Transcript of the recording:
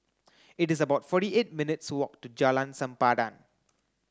it is about forty eight minutes' walk to Jalan Sempadan